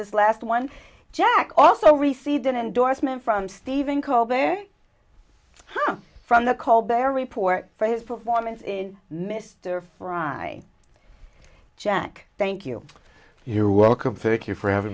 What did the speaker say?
this last one jack also received an endorsement from steven call there from the called their report for his performance in mr fry jack thank you you're welcome thank you for